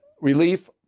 relief